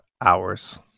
hours